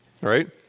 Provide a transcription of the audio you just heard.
right